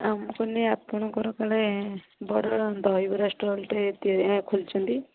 ମୁଁ କହିଲି ଆପଣଙ୍କର କାଳେ ବଡ଼ ଦହିବରା ଷ୍ଟଲ୍ଟେ ଖୋଲିଛନ୍ତି